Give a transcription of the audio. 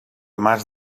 mas